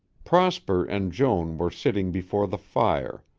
prosper and joan were sitting before the fire,